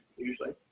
usually,